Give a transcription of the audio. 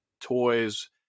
toys